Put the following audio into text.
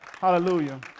Hallelujah